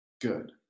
good